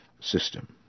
system